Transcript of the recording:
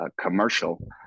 commercial